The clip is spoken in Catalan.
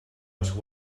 els